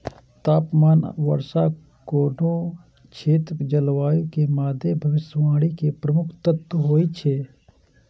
तापमान आ वर्षा कोनो क्षेत्रक जलवायु के मादे भविष्यवाणी के प्रमुख तत्व होइ छै